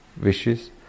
wishes